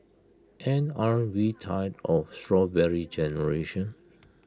and aren't we tired of Strawberry Generation